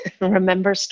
Remember